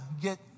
get